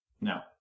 now